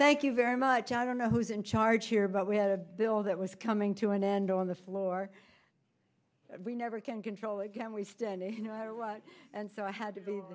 thank you very much i don't know who's in charge here but we had a bill that was coming to an end on the floor we never can control again we stand and so i had to